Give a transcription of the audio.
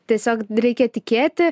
tiesiog reikia tikėti